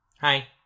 Hi